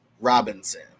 Robinson